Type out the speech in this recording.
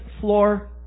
floor